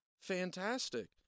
fantastic